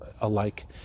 alike